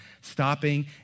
stopping